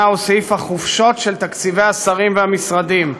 הוא סעיף החופשות של תקציבי השרים והמשרדים,